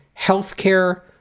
healthcare